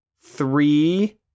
Three